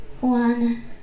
one